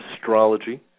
astrology